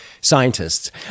scientists